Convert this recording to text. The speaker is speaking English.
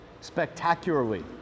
spectacularly